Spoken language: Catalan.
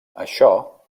això